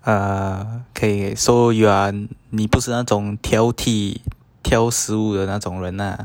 uh okay so you are 你不是那种挑剔挑食物的那种人 ah